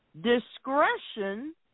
discretion